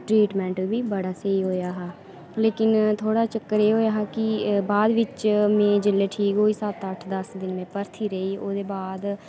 ते ट्रीटमेंट बी बड़ा स्हेई होएया हा लेकिन थोह्ड़ा चक्कर एह् होएया हा कि बाद बिच्च में जेल्ले ठीक होई सत्त अट्ठ दस्स दिन भर्थी रेही ओह्दे बाद